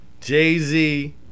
Jay-Z